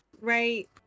right